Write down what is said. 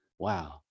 wow